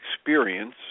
experience